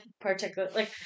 particularly